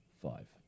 five